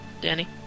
Danny